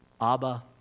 Abba